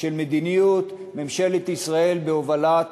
של מדיניות ממשלת ישראל בהובלת